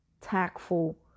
tactful